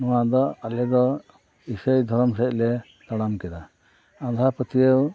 ᱱᱚᱣᱟ ᱫᱚ ᱟᱞᱮ ᱫᱚ ᱤᱥᱟᱹᱭ ᱫᱷᱚᱨᱚᱢ ᱥᱮᱫ ᱞᱮ ᱛᱟᱲᱟᱢ ᱠᱮᱫᱟ ᱟᱸᱫᱷᱟ ᱯᱟᱹᱛᱭᱟᱹᱣ